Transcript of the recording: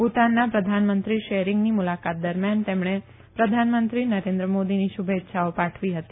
ભૂતાનના પ્રધાનમંત્રી શેરીંગની મુલાકાત દરમ્યાન તેમણે પ્રધાનમંત્રી નરેન્દ્ર મોદીની શુભેચ્છાઓ પાઠવી હતી